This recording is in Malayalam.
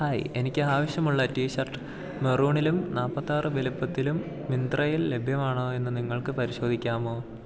ഹായ് എനിക്കാവശ്യമുള്ള ടിഷർട്ട് മെറൂണിലും നാല്പ്പത്തിയാറ് വലുപ്പത്തിലും മിന്ത്രയിൽ ലഭ്യമാണോയെന്ന് നിങ്ങൾക്ക് പരിശോധിക്കാമോ